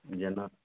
जेना